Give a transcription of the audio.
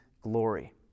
glory